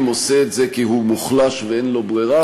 עושה את זה כי הוא מוחלש ואין לו ברירה,